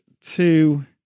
two